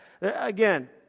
Again